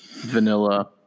vanilla